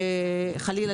חלילה,